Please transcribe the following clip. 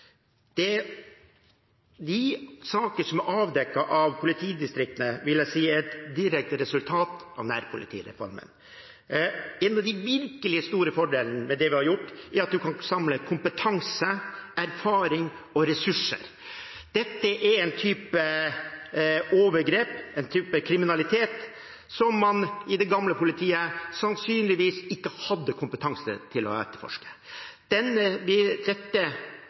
barnehusene? De sakene som er avdekket av politidistriktene, vil jeg si er et direkte resultat av nærpolitireformen. En av de virkelig store fordelene med det vi har gjort, er at man kan samle kompetanse, erfaring og ressurser. Dette er en type overgrep, en type kriminalitet, som man i det gamle politiet sannsynligvis ikke hadde kompetanse til å etterforske. Den opprullingen av saker som vi